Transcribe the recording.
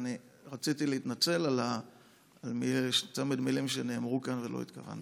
ואני רציתי להתנצל על צמד מילים שנאמרו כאן ולא התכוונתי.